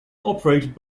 operated